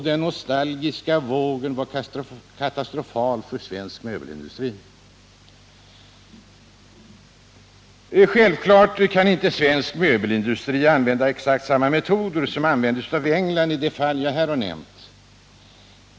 Den nostalgiska vågen var katastrofal för svensk möbelindustri. Självklart kan inte svensk möbelindustri använda exakt samma metoder som använts av England i det fall jag här har nämnt.